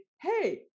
hey